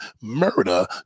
murder